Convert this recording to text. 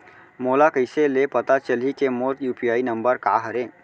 मोला कइसे ले पता चलही के मोर यू.पी.आई नंबर का हरे?